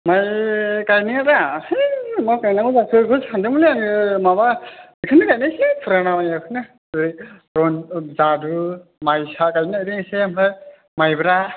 माइ गायनाया दा है मा गायनांगौ जाखो बेखौनो सान्दोंमोनलै आङो माबा बेखौनो गायनोसैलै पुराना माइयाखौनो ओरै रनजित औ जादु माइसा गायनो नागिरदों एसे आमफ्राय माइब्रा